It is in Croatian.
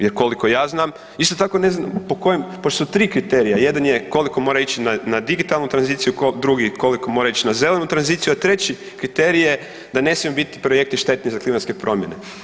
Jer koliko ja znam, isto tako ne znam po kojem, pošto su 3 kriterija, jedan je koliko mora ići na digitalnu tranziciju, drugi koliko mora ići na zelenu tranziciju, a treći kriterij je da ne smiju projekti biti štetni za klimatske promjene.